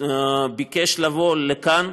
ביקש לבוא לכאן,